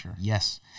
yes